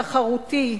תחרותי,